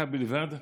דקה בלבד,